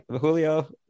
Julio